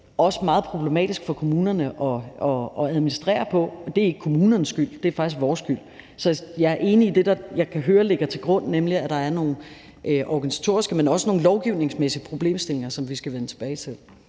også meget problematisk for kommunerne at administrere på. Det er ikke kommunernes skyld, det er faktisk vores skyld. Så jeg er enig i det, jeg kan høre ligger til grund, nemlig at der er nogle organisatoriske, men også nogle lovgivningsmæssige problemstillinger, som vi skal vende tilbage til.